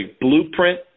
blueprint